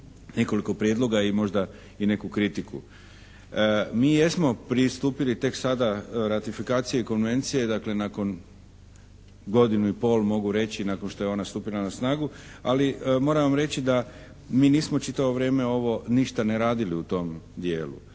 nekoliko prijedloga i možda i neku kritiku. Mi jesmo pristupili tek sada ratifikaciji Konvencije, dakle nakon godinu i pol mogu reći nakon što je ona stupila na snagu. Ali moram vam reći da mi nismo čitavo vrijeme ovo ništa ne radili u tom dijelu.